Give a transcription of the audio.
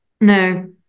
No